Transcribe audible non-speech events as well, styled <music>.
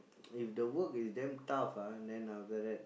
<noise> if the work is damn tough ah then after that